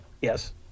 yes